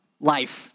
life